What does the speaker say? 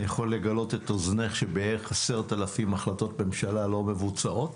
אני יכול לגלות את אוזנך שבערך 10,000 החלטות ממשלה לא מבוצעות.